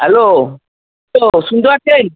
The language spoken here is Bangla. হ্যালো হ্যালো শুনতে পাচ্ছেন